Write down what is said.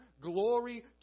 glory